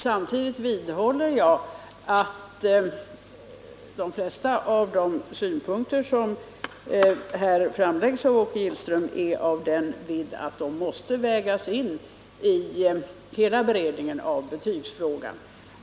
Samtidigt vidhåller jag att de flesta av de synpunkter som här framlagts av Åke Gillström är av den vidden att de måste vägas in vid hela beredningen av betygsfrågan.